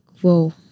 whoa